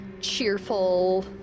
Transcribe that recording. cheerful